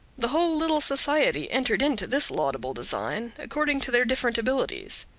the whole little society entered into this laudable design, according to their different abilities.